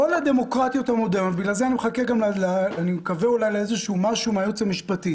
כל הדמוקרטיות ובגלל זה אני מקווה למשהו מהייעוץ המשפטי